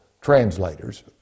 translators